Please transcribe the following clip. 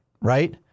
right